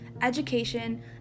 education